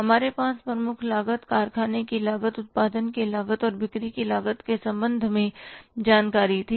हमारे पास प्रमुख लागत कारखाने की लागत उत्पादन की लागत और बिक्री की लागत के संबंध में जानकारी थी